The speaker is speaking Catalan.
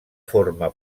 forma